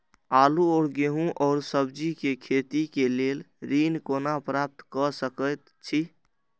आलू और गेहूं और सब्जी के खेती के लेल ऋण कोना प्राप्त कय सकेत छी?